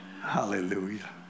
Hallelujah